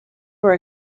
were